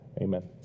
Amen